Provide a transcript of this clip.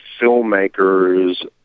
filmmakers